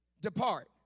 depart